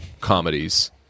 comedies